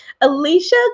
Alicia